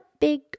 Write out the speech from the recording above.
big